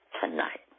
tonight